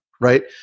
right